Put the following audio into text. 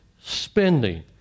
spending